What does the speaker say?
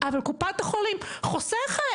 אבל קופת החולים חוסכת.